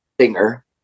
singer